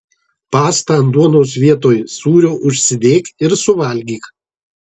pastą ant duonos vietoj sūrio užsidėk ir suvalgyk